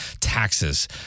taxes